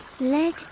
Let